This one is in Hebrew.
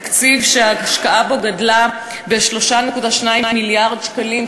תקציב שההשקעה בו גדלה ב-3.2 מיליארד שקלים,